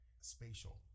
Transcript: spatial